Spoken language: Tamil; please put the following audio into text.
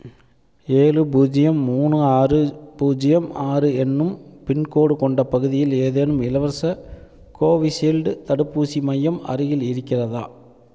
ஏழு பூஜ்ஜியம் மூணு ஆறு பூஜ்ஜியம் ஆறு என்னும் பின்கோடு கொண்ட பகுதியில் ஏதேனும் இலவச கோவிஷீல்டு தடுப்பூசி மையம் அருகில் இருக்கிறதா